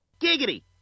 Giggity